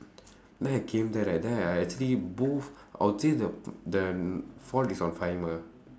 then I came there right then I actually both I'll say the fault is on